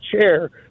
chair